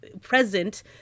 present